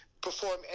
perform